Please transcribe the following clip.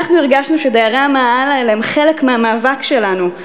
אנחנו הרגשנו שדיירי המאהל האלה הם חלק מהמאבק שלנו,